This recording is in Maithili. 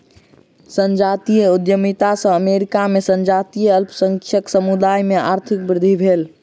संजातीय उद्यमिता सॅ अमेरिका में संजातीय अल्पसंख्यक समुदाय में आर्थिक वृद्धि भेल